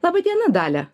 laba diena dalia